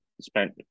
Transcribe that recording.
spent